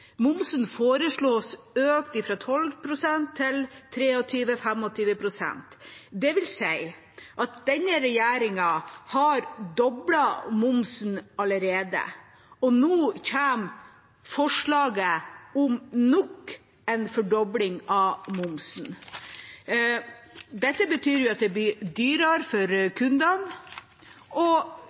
Momsen foreslås økt fra 12 pst. til 23–25 pst. Det vil si at denne regjeringa har doblet momsen allerede, og nå kommer forslaget om nok en fordobling av momsen. Dette betyr jo at det blir dyrere for kundene, og